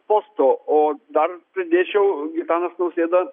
posto o dar pridėčiau gitanas nausėda